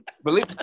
Believe